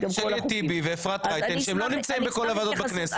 תשאלי את טיבי ואת אפרת רייטן שהם לא נמצאים בכל הוועדות בכנסת.